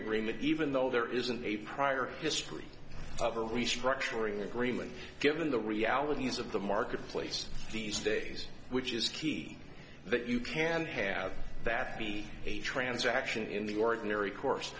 agreement even though there isn't a prior history of a restructuring agreement given the realities of the marketplace these days which is key that you can't have that be a transaction in the ordinary course